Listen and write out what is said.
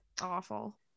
awful